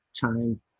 time